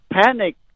panic